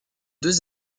deux